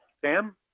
Sam